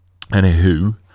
Anywho